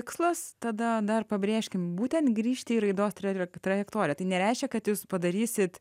tikslas tada dar pabrėžkim būtent grįžti į raidos traje trajektoriją tai nereiškia kad jūs padarysit